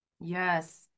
Yes